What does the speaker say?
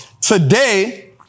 today